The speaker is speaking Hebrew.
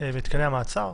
במתקני המעצר,